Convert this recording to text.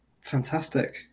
fantastic